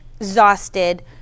exhausted